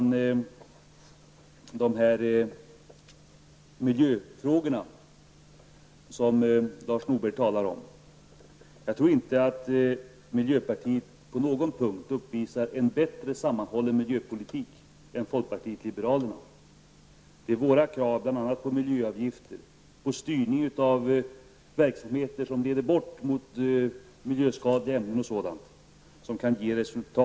När det gäller de miljöfrågor som Lars Norberg talar om, tror jag inte att miljöpartiet på någon punkt uppvisar en bättre sammanhållen miljöpolitik än vad folkpartiet liberalerna gör. Det är våra krav på bl.a. miljöavgifter och styrning av verksamheter som leder bort från miljöskadliga ämnen. Det är sådant som kan ge resultat.